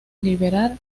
liberar